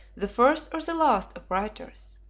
the first or the last of writers,